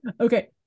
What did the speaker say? Okay